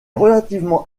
relativement